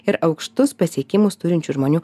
ir aukštus pasiekimus turinčių žmonių